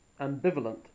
ambivalent